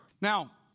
now